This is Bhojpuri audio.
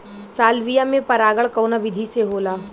सालविया में परागण कउना विधि से होला?